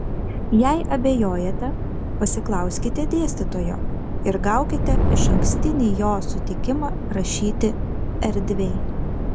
jei abejojate pasiklauskite dėstytojo ir gaukite išankstinį jo sutikimą rašyti erdviai